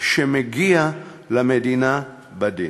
שמגיע למדינה בדין.